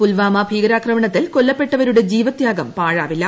പുൽവാമ ഭീക്രാക്രമണത്തിൽ കൊല്ലപ്പെട്ടവരുടെ ജീവത്യാഗം പാഴാവില്ല